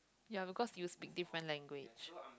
ya because you speak different language